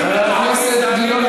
חבר הכנסת גילאון,